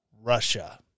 Russia